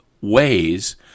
ways